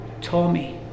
Tommy